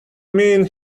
mean